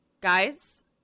guys